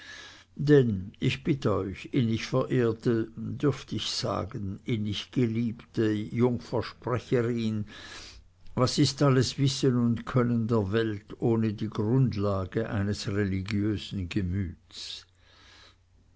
denn ich bitt euch innig verehrte dürft ich sagen innig geliebte jungfer sprecherin was ist alles wissen und können der welt ohne die grundlage eines religiösen gemütes